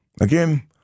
Again